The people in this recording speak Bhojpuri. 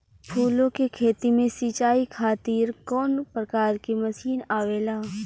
फूलो के खेती में सीचाई खातीर कवन प्रकार के मशीन आवेला?